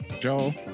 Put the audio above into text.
Joel